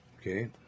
Okay